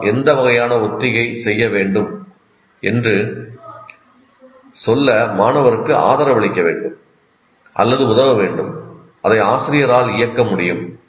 அவர் எந்த வகையான ஒத்திகை செய்ய வேண்டும் என்று சொல்ல மாணவருக்கு ஆதரவளிக்க வேண்டும் அல்லது உதவ வேண்டும் அதை ஆசிரியரால் இயக்க முடியும்